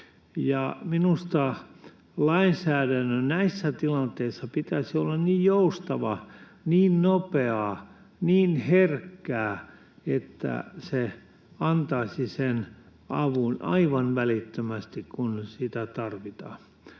Minusta lainsäädännön näissä tilanteissa pitäisi olla niin joustavaa, niin nopeaa, niin herkkää, että se antaisi sen avun aivan välittömästi, kun sitä tarvitaan.